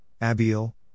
Abiel